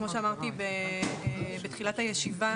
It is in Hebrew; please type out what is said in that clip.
כמו שאמרתי בתחילת הישיבה.